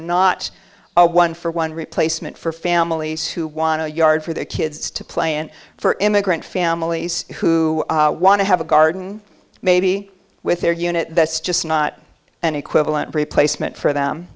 not a one for one replacement for families who want a yard for their kids to play in for immigrant families who want to have a garden maybe with their unit just not an equivalent replacement for them